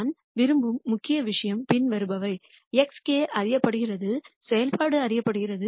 நான் விரும்பும் முக்கிய விஷயம் பின்வருபவை xk அறியப்படுகிறது செயல்பாடு அறியப்படுகிறது